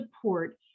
support